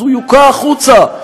אז הוא יוקא החוצה,